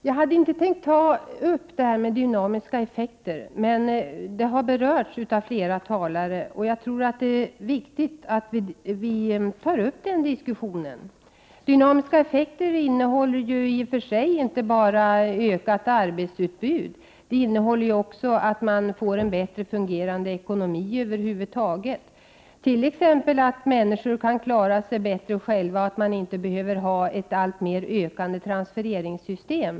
Jag hade inte tänkt ta upp de dynamiska effekterna. Men de har berörts av flera talare, och jag tror att det är viktigt att vi tar upp den diskussionen. Dynamiska effekter innebär i och för sig inte bara ökat arbetsutbud. De medför också att man får en bättre fungerande ekonomi över huvud taget, t.ex. att människor kan klara sig bättre själva och att vi inte behöver ett alltmer ökande transfereringssystem.